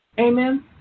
Amen